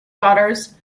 daughters